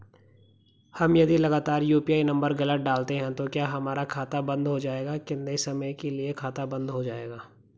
हम यदि लगातार यु.पी.आई नम्बर गलत डालते हैं तो क्या हमारा खाता बन्द हो जाएगा कितने समय के लिए खाता बन्द हो जाएगा?